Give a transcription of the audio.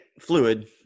fluid